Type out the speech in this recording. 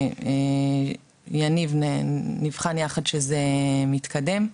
יניב, נבחן יחד שזה מתקדם.